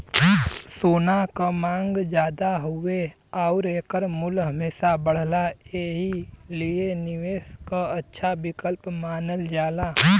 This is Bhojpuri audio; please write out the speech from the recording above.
सोना क मांग जादा हउवे आउर एकर मूल्य हमेशा बढ़ला एही लिए निवेश क अच्छा विकल्प मानल जाला